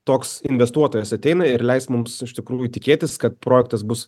toks investuotojas ateina ir leis mums iš tikrųjų tikėtis kad projektas bus